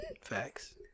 Facts